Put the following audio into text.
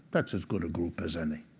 that's as good a group as any.